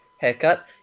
haircut